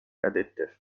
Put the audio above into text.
addictive